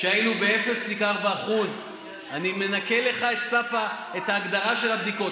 היינו ב-0.4% אני מנקה לך את ההגדרה של הבדיקות,